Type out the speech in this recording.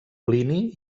plini